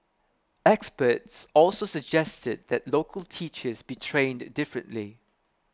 experts also suggested that local teachers be trained differently